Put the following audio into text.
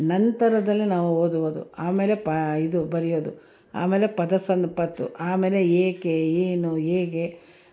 ನಂತರದಲ್ಲಿ ನಾವು ಓದುವುದು ಆಮೇಲೆ ಪ ಇದು ಬರೆಯೋದು ಆಮೇಲೆ ಪದ ಸಂಪತ್ತು ಆಮೇಲೆ ಏಕೆ ಏನು ಹೇಗೆ